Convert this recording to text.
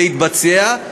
זה יתבצע.